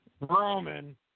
Roman